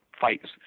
fights